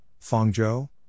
Fangzhou